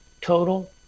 total